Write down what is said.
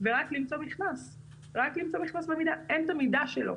רק למצוא מכנס במידה אין את המידה שלו.